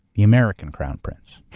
the american crown prince,